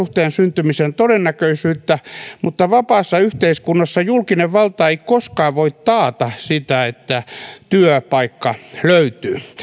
työsuhteen syntymisen todennäköisyyttä mutta vapaassa yhteiskunnassa julkinen valta ei koskaan voi taata sitä että työpaikka löytyy